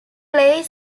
play